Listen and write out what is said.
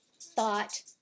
thought